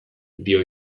dio